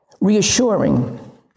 reassuring